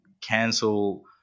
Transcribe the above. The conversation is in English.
cancel